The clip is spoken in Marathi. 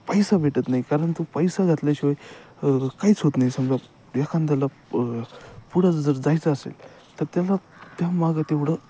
पैसा भेटत नाही कारण तो पैसा घातल्याशिवाय काहीच होत नाही समजा एखाद्याला पुढं जर जायचं असेल तर त्याला त्या मागं तेवढं